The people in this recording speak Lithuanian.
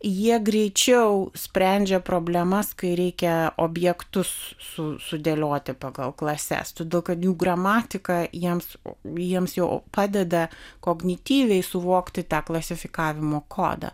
jie greičiau sprendžia problemas kai reikia objektus su sudėlioti pagal klases todėl kad jų gramatiką jiems jiems jau padeda kognityviai suvokti tą klasifikavimo kodą